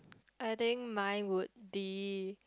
I think mine would be